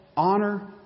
Honor